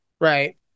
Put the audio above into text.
Right